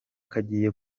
kagiye